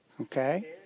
Okay